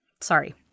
sorry